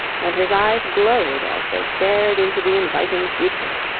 and his eyes glowed as they stared into the inviting future.